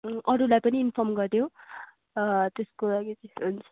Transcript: अरूलाई पनि इन्फर्म गरिदेउ त्यस्को लागि चाहिँ हुन्छ